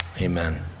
Amen